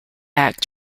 act